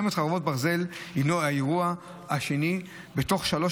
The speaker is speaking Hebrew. מלחמת חרבות ברזל היא האירוע השני בתוך שלוש